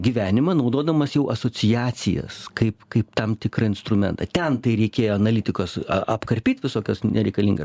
gyvenimą naudodamas jau asociacijas kaip kaip tam tikrą instrumentą ten tai reikėjo analitikos a apkarpyt visokias nereikalinga